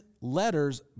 letters